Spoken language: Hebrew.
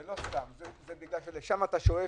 זה לא סתם כי לשם אתה שואף.